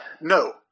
No